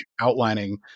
outlining